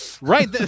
Right